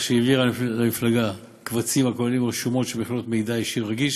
שהעבירה למפלגה קבצים הכוללים רשומות שמכילות מידע אישי רגיש